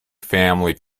family